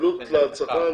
ומחליף אותו למד כארם,